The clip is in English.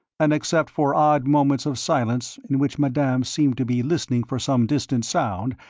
and except for odd moments of silence in which madame seemed to be listening for some distant sound,